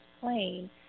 plane